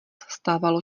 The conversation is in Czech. stávalo